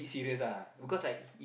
serious ah because like if